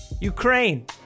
Ukraine